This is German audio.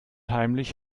heimlich